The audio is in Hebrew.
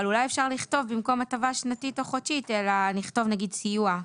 אבל אולי אפשר במקום הטבה שנתית או חודשית לכתוב סיוע.